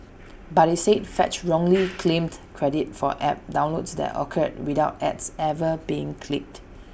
but IT said fetch wrongly claimed credit for app downloads that occurred without ads ever being clicked